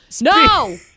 no